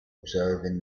observing